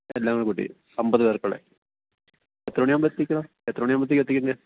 എല്ലാം കൂടിക്കൂട്ടി അൻപത് പേർക്കുള്ള എത്ര മണിയാകുമ്പോൾ എത്തിക്കാൻ എത്ര മണിയാകുമ്പോഴ്ത്തേക്ക് എത്തിക്കേണ്ടത്